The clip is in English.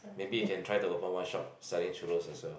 maybe you can try to open one shop selling churros as well